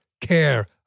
care